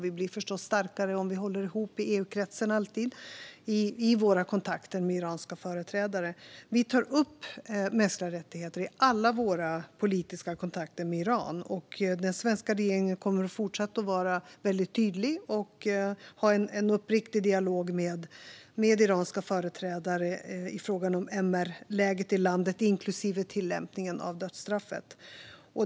Vi blir förstås alltid starkare om vi håller ihop i EU-kretsen i våra kontakter med iranska företrädare. Vi tar upp mänskliga rättigheter i alla våra politiska kontakter med Iran. Den svenska regeringen kommer fortsatt att vara väldigt tydlig och att ha en uppriktig dialog med iranska företrädare i frågan om MR-läget i landet, inklusive tillämpningen av dödsstraffet.